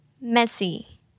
Messy